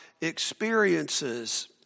experiences